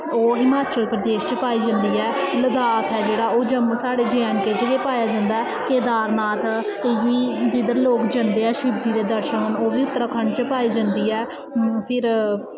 ओह् हिमाचल प्रदेश च पाई जंदी ऐ लद्दाख ऐ जेह्ड़ा ओह् जम्मू साढ़े जे एंड के च गै पाया जंदा ऐ केदारनाथ बी जिद्धर लोग जंदे ऐ शिवजी दे दर्शनें गी ओह् बी उत्तराखण्ड च पाई जंदी ऐ फिर